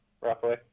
roughly